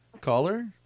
caller